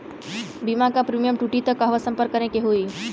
बीमा क प्रीमियम टूटी त कहवा सम्पर्क करें के होई?